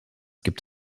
gibt